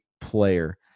player